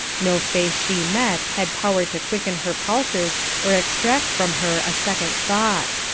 no face she met had power to quicken her pulses or extract from her a second thought.